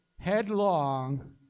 headlong